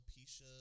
alopecia